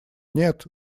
нет